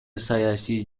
саясий